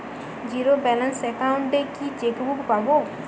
Zero balance account এ কি chequebook পাব?